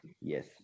Yes